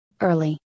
early